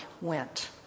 went